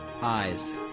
eyes